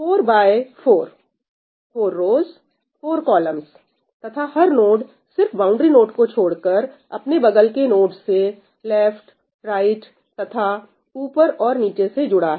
4 by 4 4 rows 4 columns तथा हर node सिर्फ बाउंड्री नोड को छोड़कर अपने बगल के नोड से लेफ्ट राइट तथा ऊपर और नीचे से जुड़ा है